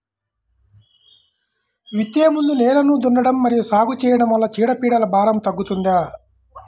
విత్తే ముందు నేలను దున్నడం మరియు సాగు చేయడం వల్ల చీడపీడల భారం తగ్గుతుందా?